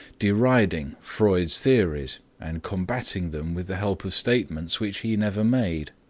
deriding freud's theories and combatting them with the help of statements which he never made.